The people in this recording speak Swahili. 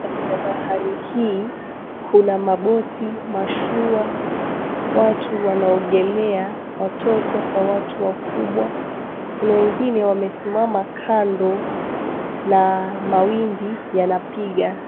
Ndani ya bahari hii kuna maboti, mashua. Watu wanaoogelea, watoto kwa watu wakubwa. Kuna wengine wamesimama kando na mawimbi yanapiga.